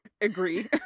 agree